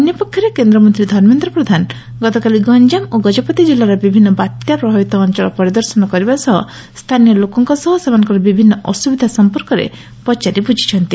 ଅନ୍ୟପକ୍ଷରେ କେନ୍ଦ ମନ୍ତୀ ଧର୍ମେନ୍ଦ ପ୍ରଧାନ ଗତକାଲି ଗଞ୍ଞାମ ଓ ଗଜପତି ଜିଲ୍ଲାର ବିଭିନ୍ ବାତ୍ୟା ପ୍ରଭାବିତ ଅଅଳ ପରିଦର୍ଶନ କରିବା ସହ ସ୍ତାନୀୟ ଲୋକଙ୍କ ସହ ସେମାନଙ୍କର ବିଭିନ୍ନ ଅସ୍ବିଧା ସମ୍ପର୍କରେ ପଚାରି ବୁଝିଛନ୍ତି